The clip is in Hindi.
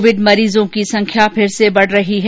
कोविड मरीजों की संख्या फिर से बढ़ रही है